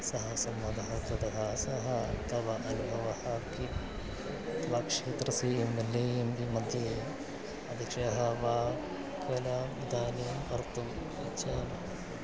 सह सम्बन्धः कृतः सः तव अनुभवः किं तव क्षेत्रस्य एम् एल् ए एं पिमध्ये परिचयः वा वेलाम् इदानीं कर्तुं गच्छामि